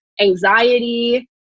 anxiety